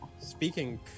speaking